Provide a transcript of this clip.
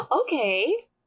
Okay